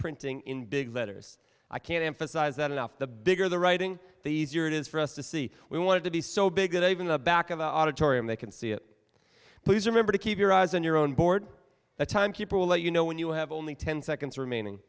printing in big letters i can't emphasize that enough the bigger the writing the easier it is for us to see we wanted to be so big that even the back of the auditorium they can see it please remember to keep your eyes on your own board the time keeper will let you know when you have only ten seconds remaining